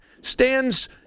stands